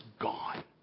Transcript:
gone